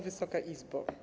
Wysoka Izbo!